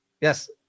Yes